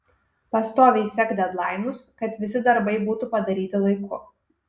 pastoviai sek dedlainus kad visi darbai būtų padaryti laiku